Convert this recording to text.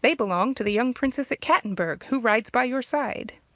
they belong to the young princess at cattenburg, who rides by your side.